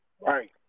Right